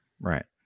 Right